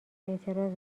اعتراض